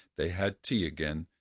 they had tea again,